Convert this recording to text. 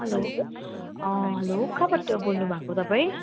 हलो अँ हलो कहाँबाट बोल्नुभएको तपाईँ